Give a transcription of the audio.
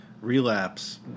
relapse